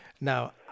Now